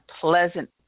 pleasant